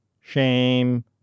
shame